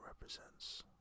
represents